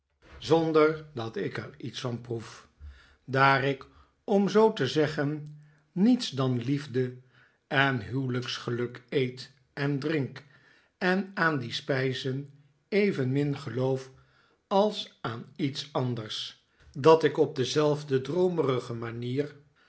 zonder dat ik er iets van proef daar ik om zoo te zeggen niets dan liefde en huwelijksgeluk eet en drink en aan die spijzen evenmin geloof als aan iets anders dat ik op dezelfde droomerige manier